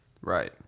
Right